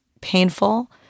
painful